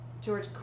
George